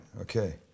Okay